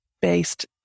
based